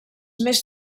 més